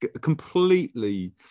completely